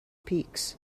peaks